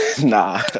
Nah